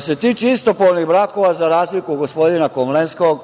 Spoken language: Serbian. se tiče istopolnih brakova, za razliku od gospodina Komlenskog,